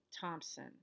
Thompson